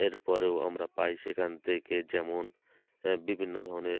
এরপরেও আমরা পাই সেখান থেকে যেমন বিভিন্ন ধরনের